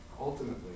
ultimately